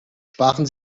sparen